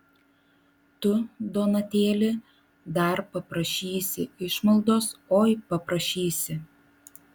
tu donatėli dar paprašysi išmaldos oi paprašysi